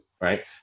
right